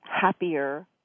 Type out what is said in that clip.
happier